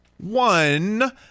one